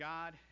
God